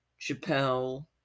Chappelle